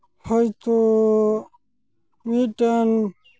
ᱦᱳᱭᱛᱳ ᱢᱤᱫᱴᱮᱱ